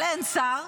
אבל אין שר,